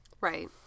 Right